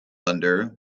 under